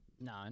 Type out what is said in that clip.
No